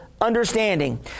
understanding